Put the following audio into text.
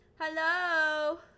Hello